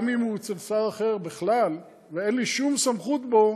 גם אם הוא אצל שר אחר בכלל ואין לי שום סמכות בו,